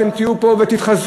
אתם תהיו פה ותתחזקו,